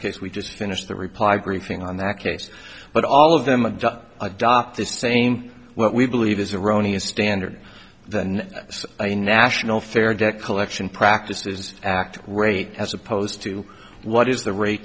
case we just finished the reply briefing on that case but all of them adopt the same what we believe is erroneous standard than a national fair debt collection practices act rate as opposed to what is the ra